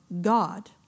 God